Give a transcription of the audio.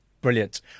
Brilliant